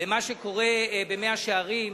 למה שקורה במאה-שערים.